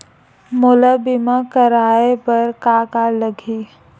मोला बीमा कराये बर का का लगही?